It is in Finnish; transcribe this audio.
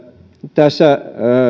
tässä